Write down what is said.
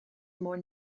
more